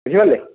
ବୁଝିପାରିଲେ